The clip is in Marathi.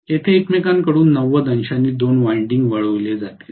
येथे एकमेकांकडून 90 अंशांनी दोन वायंडिंग वळविले जातील